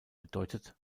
bedeutet